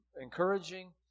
encouraging